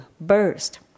burst